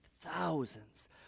thousands